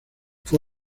fue